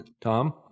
Tom